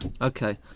Okay